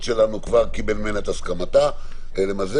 שלנו כבר קיבל ממנה את הסכמתה למזג.